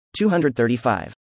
235